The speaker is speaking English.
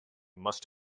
must